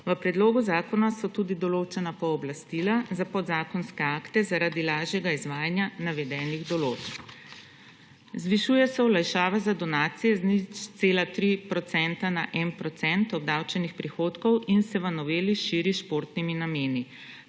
V predlogu zakona so tudi določena pooblastila za podzakonske akte zaradi lažjega izvajanja navedenih določb. Zvišuje se olajšava za donacije z 0,3 % na 1 % obdavčenih prihodkov in se v noveli širi s športnimi nameni.